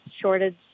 shortage